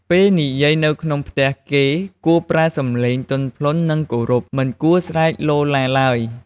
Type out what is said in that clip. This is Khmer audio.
ពេលនិយាយនៅក្នុងផ្ទះគេ គួរប្រើសំឡេងទន់ភ្លន់ និងគោរព មិនគួរស្រែកឡូរឡារឡើយ។